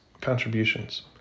contributions